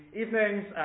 evenings